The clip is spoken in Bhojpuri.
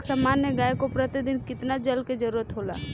एक सामान्य गाय को प्रतिदिन कितना जल के जरुरत होला?